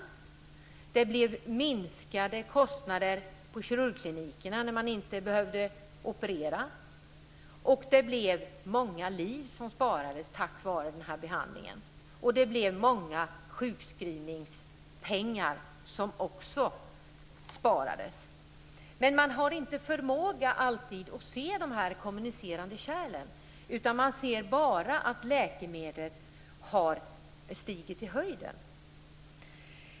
Kirurgklinikerna fick minskade kostnader när man inte behövde operera, och många liv sparades tack vare den här behandlingen. Också många sjukskrivningspengar sparades. Men man har inte alltid förmåga att se de här kommunicerande kärlen, utan man ser bara att läkemedelskostnaderna har stigit i höjden.